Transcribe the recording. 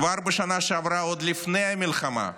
כבר בשנה שעברה, עוד לפני המלחמה,